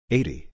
Eighty